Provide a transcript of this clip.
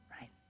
right